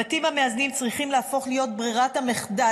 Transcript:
הבתים המאזנים צריכים להפוך להיות ברירת המחדל,